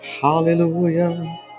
Hallelujah